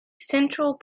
central